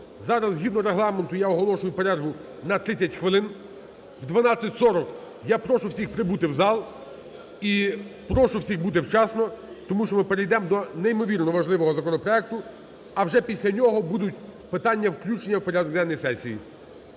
Зараз згідно Регламенту я оголошую перерву на 30 хвилин. І в 12:40 я прошу всіх прибути в зал, і прошу всіх бути вчасно, тому що ми перейдемо до неймовірно важливого законопроекту, а вже після нього будуть питання включення в порядок денний сесії.